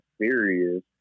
serious